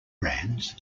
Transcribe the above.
brands